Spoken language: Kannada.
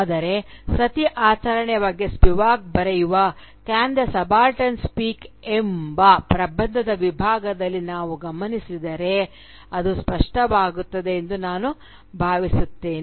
ಆದರೆ ಸತಿ ಆಚರಣೆಯ ಬಗ್ಗೆ ಸ್ಪಿವಾಕ್ ಬರೆಯುವ ಕ್ಯಾನ್ ದಿ ಸಬಾಲ್ಟರ್ನ್ ಸ್ಪೀಕ್ ಎಂಬ ಪ್ರಬಂಧದ ವಿಭಾಗದಲ್ಲಿ ನಾವು ಗಮನಿಸಿದರೆ ಅದು ಸ್ಪಷ್ಟವಾಗುತ್ತದೆ ಎಂದು ನಾನು ಭಾವಿಸುತ್ತೇನೆ